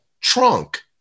Trunk